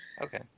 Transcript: Okay